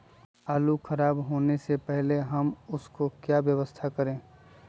आलू खराब होने से पहले हम उसको क्या व्यवस्था करें?